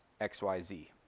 xyz